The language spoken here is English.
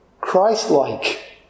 Christ-like